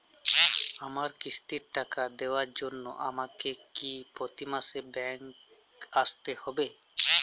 আমার কিস্তির টাকা দেওয়ার জন্য আমাকে কি প্রতি মাসে ব্যাংক আসতে হব?